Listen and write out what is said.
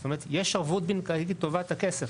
זאת אומרת יש ערבות בנקאית לטובת הכסף.